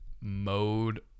mode